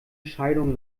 scheidung